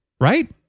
right